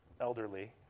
elderly